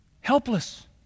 Helpless